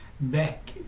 back